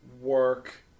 work